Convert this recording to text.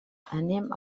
anem